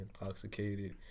intoxicated